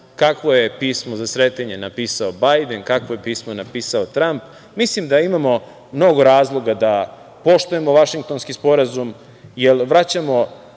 kakvo je pismo za Sretenje napisao Bajden, kakvo je pismo napisao Tramp, mislim da imamo mnogo razloga da poštujemo Vašingtonski sporazum, jer potvrđujemo